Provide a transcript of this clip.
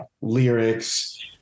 lyrics